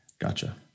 Gotcha